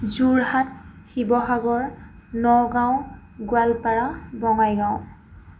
Jorhat Sivasagar Nagaon Goalpara Bongaigaon